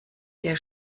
der